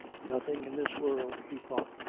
nothing in this world, he thought,